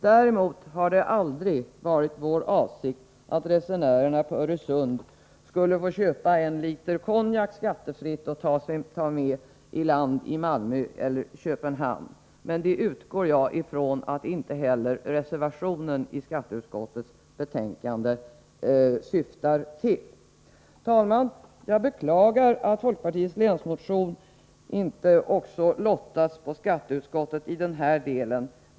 Däremot har det aldrig varit vår avsikt att resenärerna över Öresund skall få köpa en liter konjak skattefritt och ta med sig i land i Malmö eller Köpenhamn. Men jag utgår från att inte heller reservationen 5 i skatteutskottets betänkande syftar till det. Herr talman! Jag beklagar att inte folkpartiets länsmotion har lottats på skatteutskottet i den del som jag nu har talat om.